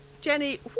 Jenny